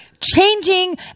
changing